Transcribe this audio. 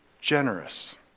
generous